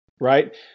right